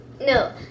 no